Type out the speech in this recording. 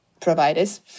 providers